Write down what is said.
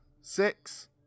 six